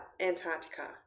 Antarctica